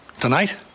Tonight